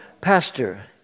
pastor